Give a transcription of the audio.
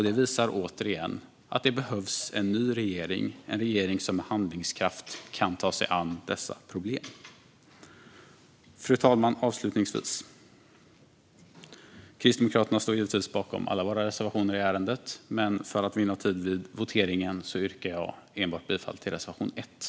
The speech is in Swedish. Det visar, återigen, att det behövs en ny regering - en regering som med handlingskraft kan ta sig an dessa problem. Avslutningsvis, fru talman: Kristdemokraterna står givetvis bakom alla sina reservationer i ärendet, men för att vinna tid vid voteringen yrkar jag bifall enbart till reservation l.